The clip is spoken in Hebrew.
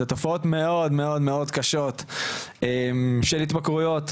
לתופעות מאוד קשות של התמכרויות,